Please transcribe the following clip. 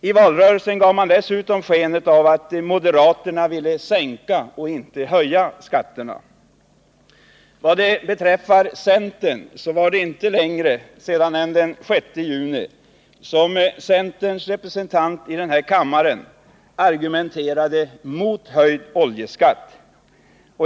I valrörelsen gav man dessutom sken av att moderaterna ville sänka och inte höja skatterna. Vad beträffar centern, så argumenterade ju dess representant så sent som den 6 juni i denna kammare mot höjd oljeskatt.